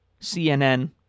CNN